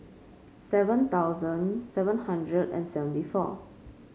seven thousand seven hundred and seventy four